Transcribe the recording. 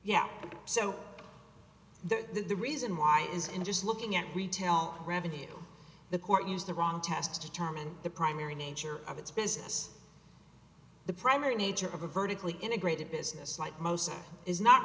yeah so the reason why is in just looking at retail revenue the court used the wrong test to determine the primary nature of its business the primary nature of a vertically integrated business like most it is not